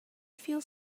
feels